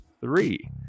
three